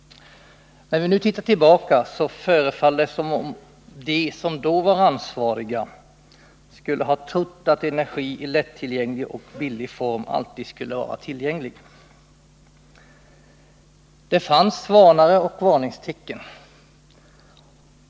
När vi nu tittar tillbaka, förefaller det som om de som då var ansvariga skulle ha trott att energi i lättillgänglig och billig form alltid skulle stå till förfogande. Det fanns varnare och varningstecken.